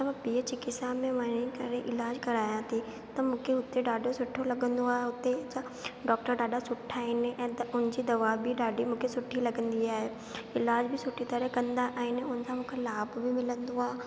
त मां ॿी चिकित्सा मे वञी करे इलाज करायां थी त मूंखे ॾाढो सुठो लॻंदो आहे हुते जा डॉक्टर ॾाढा सुठा आहिनि ऐं उन्हनि जी दवा बि मूंखे ॾाढी सुठी लॻंदी आहे इलाज बि सुठी तरह कंदा आहिनि उन सां मूंखे लाभ बि मिलंदो आहे